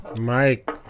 Mike